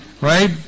Right